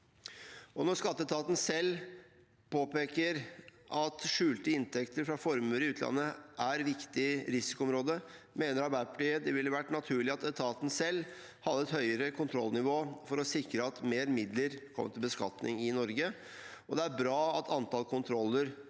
Når skatteetaten selv påpeker at skjulte inntekter fra formuer i utlandet er et viktig risikoområde, mener Arbeiderpartiet det ville vært naturlig at etaten selv hadde et høyere kontrollnivå for å sikre at mer midler kom til beskatning i Norge, og det er bra at antall kontroller